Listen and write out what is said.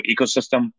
ecosystem